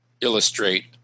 illustrate